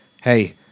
Hey